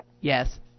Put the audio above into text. Yes